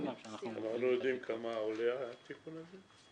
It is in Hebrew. גם שאנחנו --- אנחנו יודעים כמה עולה התיקון הזה?